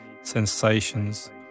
sensations